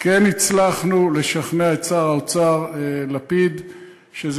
כן הצלחנו לשכנע את שר האוצר לפיד שזה